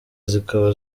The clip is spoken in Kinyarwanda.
zikaba